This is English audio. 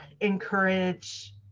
encourage